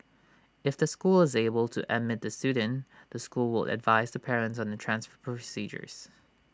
if the school is able to admit the student the school will advise the parent on the transfer procedures